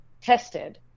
tested